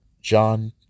John